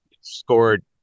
scored